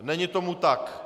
Není tomu tak.